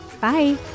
Bye